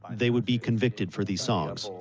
they would be convicted for these songs.